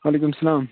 وعلیکُم اسلام